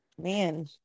man